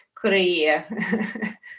career